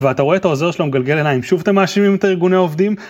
ואתה רואה את העוזר שלו מגלגל אליי, שוב אתה מאשים אם את הארגוני עובדים?